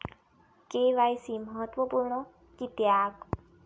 KYC महत्त्वपुर्ण किद्याक?